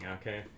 okay